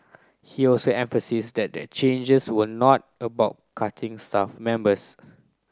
he also emphasised that the changes were not about cutting staff members